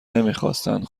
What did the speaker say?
نمیخواستند